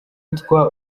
witwa